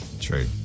True